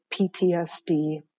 PTSD